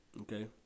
Okay